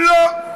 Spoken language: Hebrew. לא.